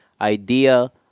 idea